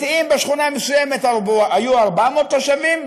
אם בשכונה מסוימת היו 400 תושבים,